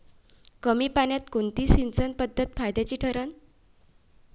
कमी पान्यात कोनची सिंचन पद्धत फायद्याची ठरन?